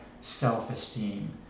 self-esteem